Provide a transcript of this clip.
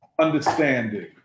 understanding